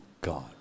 God